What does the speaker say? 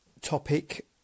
topic